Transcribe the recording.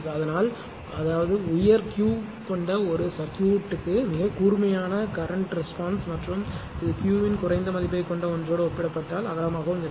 அதனால் அதாவது உயர் Q கொண்ட ஒரு சர்க்யூட்க்கு மிகக் கூர்மையான கரண்ட் ரெஸ்பான்ஸ் மற்றும் இது Q இன் குறைந்த மதிப்பைக் கொண்ட ஒன்றோடு ஒப்பிடப்பட்டால் அகலமாகவும் இருக்கும்